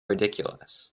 ridiculous